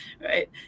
right